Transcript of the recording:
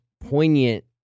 poignant